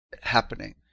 happening